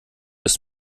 ist